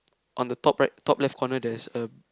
on the top right top left corner there is a